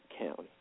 County